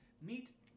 Meet